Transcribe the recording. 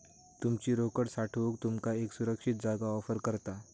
तुमची रोकड साठवूक तुमका एक सुरक्षित जागा ऑफर करता